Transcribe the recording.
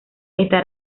está